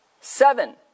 Seven